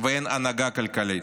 ואין הנהגה כלכלית.